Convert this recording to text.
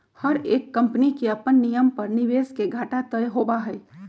हर एक कम्पनी के अपन नियम पर निवेश के घाटा तय होबा हई